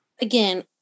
again